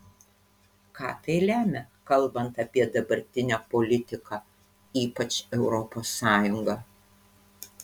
ką tai lemia kalbant apie dabartinę politiką ypač europos sąjungą